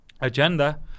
Agenda